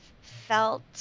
felt